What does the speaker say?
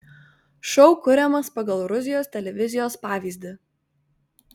šou kuriamas pagal rusijos televizijos pavyzdį